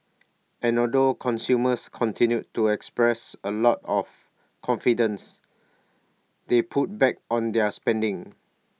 and although consumers continued to express A lot of confidence they pulled back on their spending